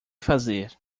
fazer